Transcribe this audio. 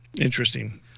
Interesting